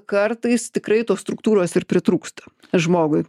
kartais tikrai tos struktūros ir pritrūksta žmogui